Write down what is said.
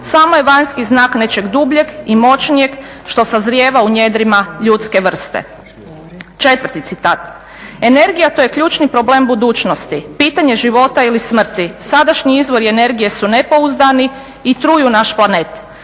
samo je vanjski znak nečeg dubljeg i moćnijeg što sazrijeva u njedrima ljudske vrste." Četvrti citat: "Energija to je ključni problem budućnosti, pitanje života ili smrti. Sadašnji izvori energije su nepouzdani i truju naš planet.